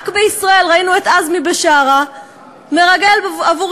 רק בישראל ראינו את עזמי בשארה מרגל עבור